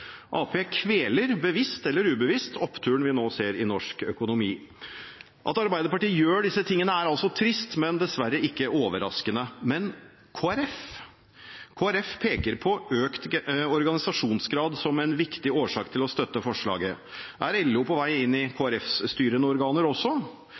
Arbeiderpartiet kveler bevisst eller ubevisst oppturen vi nå ser i norsk økonomi. At Arbeiderpartiet gjør disse tingene, er trist, men dessverre ikke overraskende. Men Kristelig Folkeparti? Kristelig Folkeparti peker på økt organisasjonsgrad som en viktig årsak til å støtte forslaget. Er LO på vei inn i